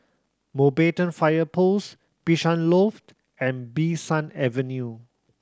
Mountbatten Fire Post Bishan Loft and Bee San Avenue